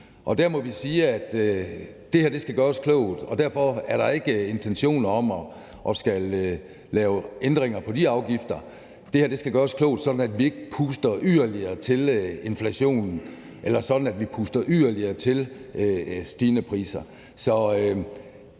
Der må vi sige, at det her skal gøres klogt, og derfor er der ikke intentioner om at skulle lave ændringer på de afgifter. Det her skal gøres klogt, sådan at vi ikke puster yderligere til inflationen, eller sådan at